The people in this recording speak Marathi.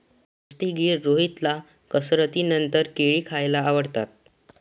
कुस्तीगीर रोहितला कसरतीनंतर केळी खायला आवडतात